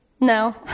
No